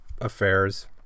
affairs